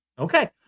Okay